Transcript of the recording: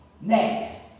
Next